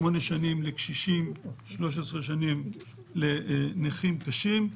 8 שנים לקשישים, 13 שנים לנכים קשים.